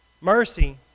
Mercy